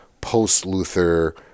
post-Luther